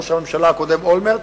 ראש הממשלה הקודם אולמרט,